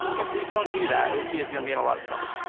if we don't do that, op yeah is gonna be in a lot of trouble.